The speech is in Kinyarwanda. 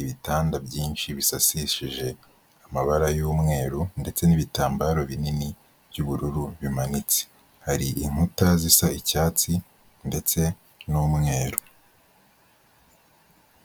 ibitanda byinshi bisasishije amabara y'umweru ndetse n'ibitambaro binini by'ubururu bimanitse, hari inkuta zisa icyatsi ndetse n'umweru.